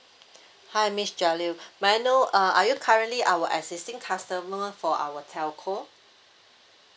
hi miss jaleo okay may I know uh are you currently our existing customer for our telco